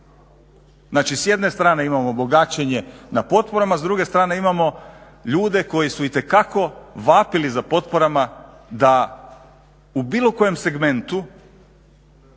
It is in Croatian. Znači s jedne strane imamo bogaćenje na potporama, s druge strane imamo ljude koji su itekako vapili za potporama da u bilo kojem segmentu